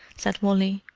said wally.